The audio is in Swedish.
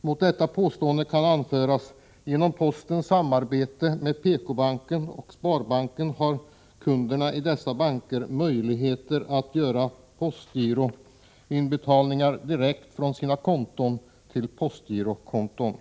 Mot detta påstående kan anföras, att genom postens samarbete med PK-banken och sparbankerna har kunderna i dessa banker möjligheter att göra postgiroinbetalningar direkt från sina konton till postgirokonton.